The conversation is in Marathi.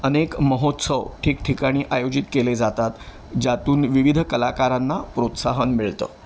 अनेक महोत्सव ठिकठिकाणी आयोजित केले जातात ज्यातून विविध कलाकारांना प्रोत्साहन मिळतं